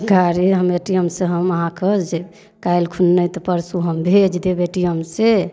गाड़ी हम A T M सँ हम अहाँके जे काल्हिखुन नहि तऽ परसु हम भेज देब ए टी एम सँ